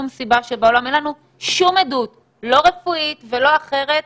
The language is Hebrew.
אין לנו שום עדות, לא רפואית ולא אחרת,